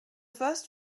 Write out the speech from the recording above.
first